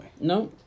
No